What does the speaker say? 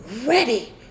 ready